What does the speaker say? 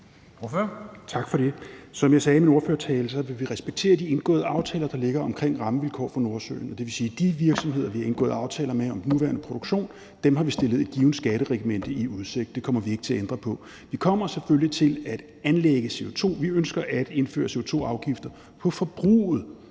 Som jeg sagde i min ordførertale, vil vi respektere de indgåede aftaler, der ligger omkring rammevilkår for Nordsøen. Og det vil sige, at de virksomheder, vi har indgået aftaler med om den nuværende produktion, har vi stillet et givet skatteregimente i udsigt, og det kommer vi ikke til at ændre på. Vi kommer selvfølgelig til at anlægge CO2-afgifter; vi ønsker at indføre CO2-afgifter på forbruget;